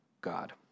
God